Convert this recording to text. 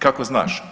Kako znaš?